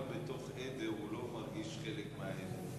גם בתוך עדר הוא לא מרגיש חלק מהעדר.